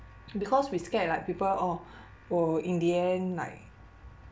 because we scared like people oh will in the end like